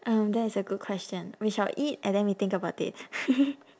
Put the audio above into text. um that is a good question we shall eat and then we think about it